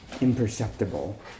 imperceptible